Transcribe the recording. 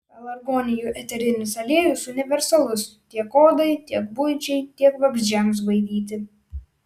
pelargonijų eterinis aliejus universalus tiek odai tiek buičiai tiek vabzdžiams baidyti